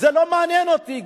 זה לא מעניין אותי,